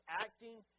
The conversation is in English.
acting